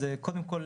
אז קודם כל,